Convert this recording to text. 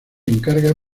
encarga